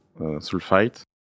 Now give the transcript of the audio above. sulfite